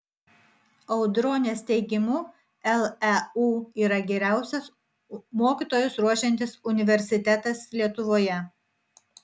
audronės teigimu leu yra geriausias mokytojus ruošiantis universitetas lietuvoje